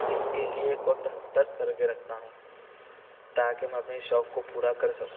اس کے لیے ایک وقت مختص کر کے رکھتا ہوں تاکہ میں اپنی شوق کو پورا کر سکوں